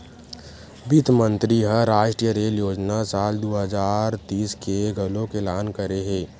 बित्त मंतरी ह रास्टीय रेल योजना साल दू हजार तीस के घलोक एलान करे हे